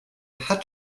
hat